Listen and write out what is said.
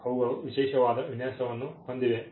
ಅವುಗಳು ವಿಶೇಷವಾದ ವಿನ್ಯಾಸವನ್ನು ಹೊಂದಿವೆ